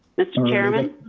mr. chairman.